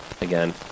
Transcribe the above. again